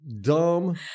Dumb